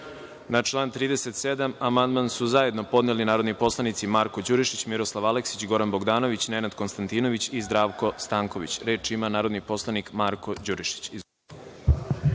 član 37. amandman su zajedno podneli narodni poslanici Marko Đurišić, Miroslav Aleksić, Goran Bogdanović, Nenad Konstantinović i Zdravko Stanković. Reč ima narodni poslanik Marko Đurišić.